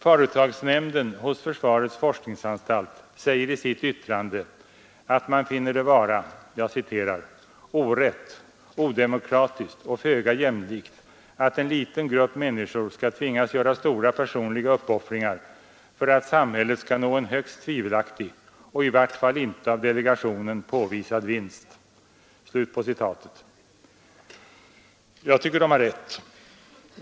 Företagsnämnden hos försvarets forskningsanstalt säger i sitt yttrande att man finner det vara ”orätt, odemokratiskt och föga jämlikt att en liten grupp människor skall tvingas göra stora personliga uppoffringar för att samhället skall nå en högst tvivelaktig, och i vart fall inte av delegationen påvisad vinst”. Jag tycker att nämnden har rätt.